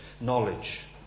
Knowledge